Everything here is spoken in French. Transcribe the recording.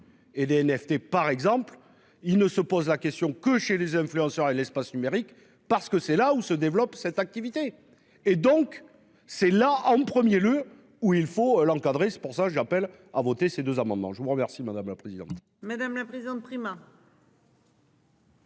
Et de NFT, par exemple, il ne se pose la question, que chez les influenceurs et de l'espace numérique parce que c'est là où se développe cette activité et donc c'est là en premier le où il faut l'encadrer. C'est pour ça j'appelle à voter ces deux amendements. Je vous remercie madame la présidente.